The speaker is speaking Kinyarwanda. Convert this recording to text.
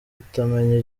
kutamenya